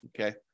Okay